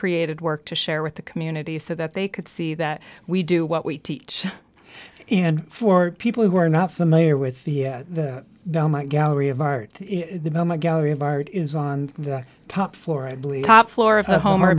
created work to share with the community so that they could see that we do what we teach and for people who are not familiar with the my gallery of art gallery of art is on the top floor i believe top floor of a home o